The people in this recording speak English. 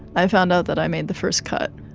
i found out that i made the first cut.